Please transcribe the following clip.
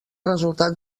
resultat